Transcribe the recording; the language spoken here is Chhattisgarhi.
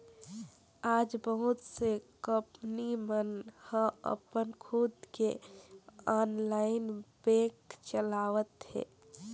आज बहुत से कंपनी मन ह अपन खुद के ऑनलाईन बेंक चलावत हे